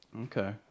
okay